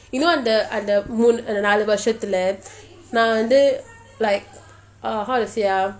you know அந்த அந்த மூனு நாளு வருஷத்திலே நான் வந்து:antha antha moonu naalu varushathilei naan vanthu like uh how to say ah